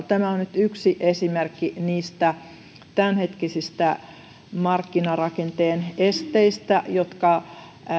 tämä on nyt yksi esimerkki niistä tämänhetkisistä markkinarakenteen esteistä jotka